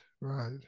Right